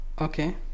Okay